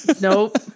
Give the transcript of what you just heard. nope